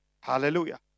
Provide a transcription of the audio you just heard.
Hallelujah